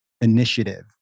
initiative